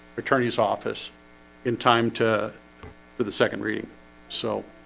attorney's office in time to for the second reading so